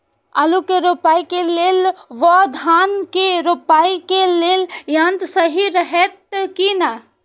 आलु के रोपाई के लेल व धान के रोपाई के लेल यन्त्र सहि रहैत कि ना?